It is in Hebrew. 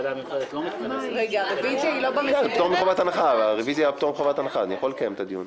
היועץ המשפטי של הכנסת איל ינון: